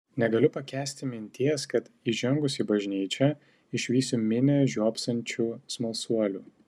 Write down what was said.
negaliu pakęsti minties kad įžengusi į bažnyčią išvysiu minią žiopsančių smalsuolių